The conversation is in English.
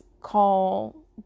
call